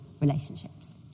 relationships